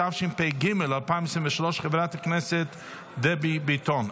התשפ"ג 2023, של חברת הכנסת דבי ביטון.